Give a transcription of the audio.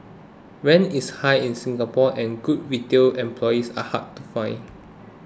rent is high in Singapore and good retail employees are hard to find